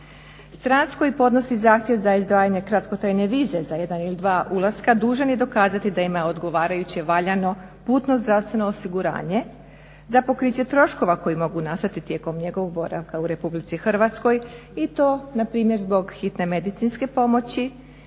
Stranac koji podnosi zahtjev za izdavanje kratkotrajne vize za jedan ili dva ulaska dužan je dokazati da ima odgovarajuće valjano putno zdravstveno osiguranje za pokriće troškova koji mogu nastati tijekom njegovog boravka u RH i to na primjer zbog hitne medicinske pomoći,